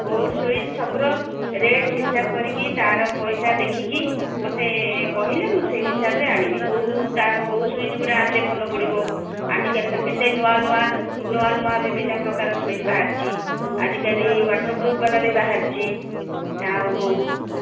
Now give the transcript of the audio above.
board switch ସବୁର rate ହିସାବ କରିକି ତାର ପଇସା ଦେଖିକି ମୋତେ କହିଲେ ମୁଁ ସେଇ ହିସାବରେ ଆଣିବି କୋଉ ତା କୋଉ ସୁଇଚ୍ଗୁଡ଼ା ଆଣିଲେ ଭଲ ପଡ଼ିବ ଆଜିକାଲି ତ କେତେ ନୂଆ ନୂଆ ନୂଆ ନୂଆ ବିଭିନ୍ନ ପ୍ରକାର ସୁଇଚ୍ ବାହାରୁଛି ଆଜିକାଲି ୱାଟରପ୍ରୁଫ୍ ବାଲା ବି ବାହାରିଛି ଆଉ